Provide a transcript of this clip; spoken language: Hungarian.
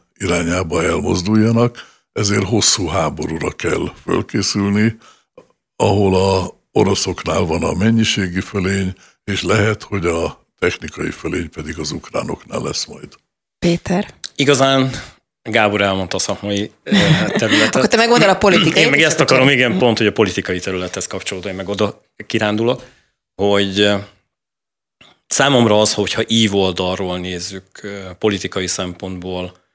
irányába elmozduljanak, ezért hosszú háborúra kell fölkészülni, ahol a oroszoknál van a mennyiségi fölény, és lehet, hogy a technikai fölény pedig az ukránoknál lesz majd. Péter? Igazán Gábor elmondta a szakmai, eh, területet. Akkor te meg mondd el a politikai Én meg területet. ezt akarom, igen, Mhm. pont, hogy a politikai területhez kapcsolódó, én meg oda kirándulok, hogy, eh, számomra az, hogyha ívoldalról nézzük, eh, politikai szempontból,